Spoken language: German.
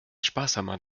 sparsamer